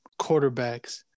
quarterbacks